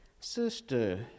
Sister